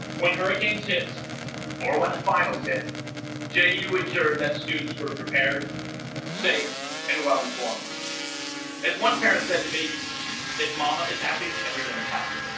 when hurricanes hit or when a final set ju ensured that students were prepared safe and well informed as one parent said to me if momma is happy everyone is happy